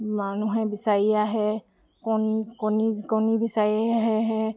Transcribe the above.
মানুহে বিচাৰিয়ে আহে কণী কণী বিচাৰি আহে